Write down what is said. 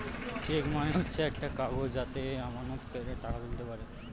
check মানে হচ্ছে একটা কাগজ যাতে আমানতকারীরা টাকা তুলতে পারে